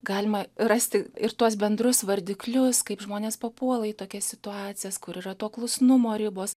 galima rasti ir tuos bendrus vardiklius kaip žmonės papuola į tokias situacijas kur yra to klusnumo ribos